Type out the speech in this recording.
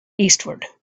eastward